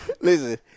Listen